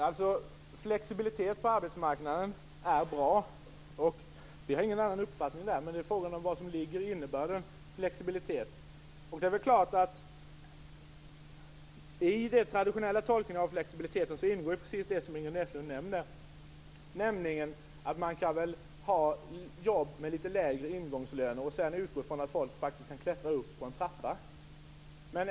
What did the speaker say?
Fru talman! Flexibilitet på arbetsmarknaden är bra. Vi har ingen annan uppfattning på den punkten. Men frågan är vilken innebörd begreppet flexibilitet har. I den traditionella tolkningen av flexibiliteten ingår precis det som Ingrid Näslund nämner, nämligen jobb med litet lägre ingångslöner och trappor på vilka folk sedan kan klättra uppåt.